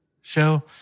show